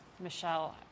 Michelle